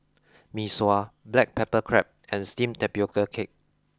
Mee Sua Black Pepper Crab and Steamed Tapioca Cake